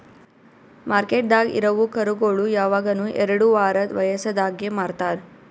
ಮಾರ್ಕೆಟ್ದಾಗ್ ಇರವು ಕರುಗೋಳು ಯವಗನು ಎರಡು ವಾರದ್ ವಯಸದಾಗೆ ಮಾರ್ತಾರ್